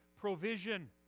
provision